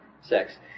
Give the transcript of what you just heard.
sex